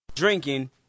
drinking